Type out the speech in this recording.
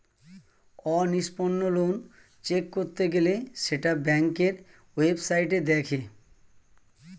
অনিষ্পন্ন loan check করতে গেলে সেটা ব্যাংকের ওয়েবসাইটে দেখে